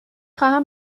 خواهم